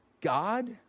God